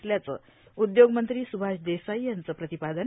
असल्याचं उद्योगमंत्री स्भाष देसाई यांचं प्रतिपादन